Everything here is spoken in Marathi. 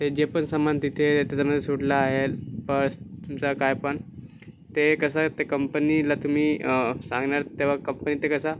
ते जे पण सामान तिथे त्याच्यामध्ये सुटला आहे पर्स तुमचं काय पण ते कसा आहे ते कंपनीला तुम्ही सांगणार तेव्हा कंपनी ते कसं